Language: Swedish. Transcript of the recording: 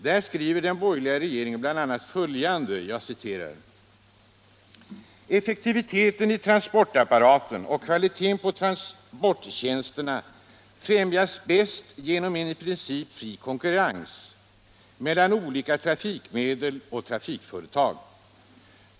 Där skriver den borgerliga regeringen bl.a. följande: ”Effektiviteten i transportapparaten och kvaliteten på transporttjänsterna främjas bäst genom en i princip fri konkurrens mellan olika trafikmedel och trafikföretag.